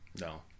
No